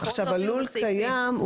לול קיים,